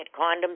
condoms